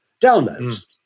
downloads